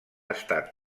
estat